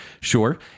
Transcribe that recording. Sure